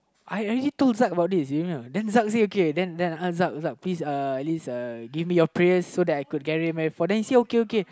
I already told Zak about this you know then Zak say okay then Zak please uh at least uh give me your prayers so that I could get married I say okay okay